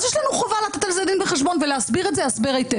אז יש לנו חובה לתת על זה דין וחשבון ולהסביר את זה הסבר היטב.